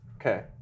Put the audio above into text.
Okay